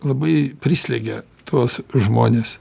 labai prislėgia tuos žmones